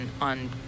on